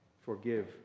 Forgive